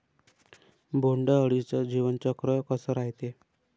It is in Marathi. बोंड अळीचं जीवनचक्र कस रायते?